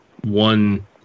one